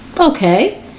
Okay